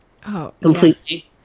completely